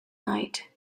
night